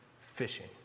fishing